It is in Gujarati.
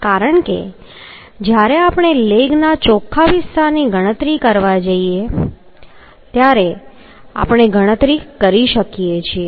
કારણ કે જ્યારે આપણે લેગના ચોખ્ખા વિસ્તારની ગણતરી કરવા જઈએ છીએ ત્યારે આપણે ગણતરી કરી શકીએ છીએ